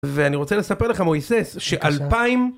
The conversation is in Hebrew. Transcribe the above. ואני רוצה לספר לך מויסס, שאלפיים...